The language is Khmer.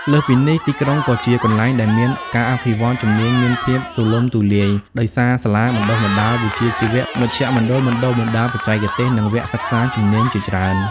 លើសពីនេះ ទីក្រុងក៏ជាកន្លែងដែលមានការអភិវឌ្ឍជំនាញមានភាពទូលំទូលាយ ដោយសារសាលាបណ្តុះបណ្តាលវិជ្ជាជីវៈ មជ្ឈមណ្ឌលបណ្តុះបណ្តាលបច្ចេកទេស និងវគ្គសិក្សាជំនាញជាច្រើន។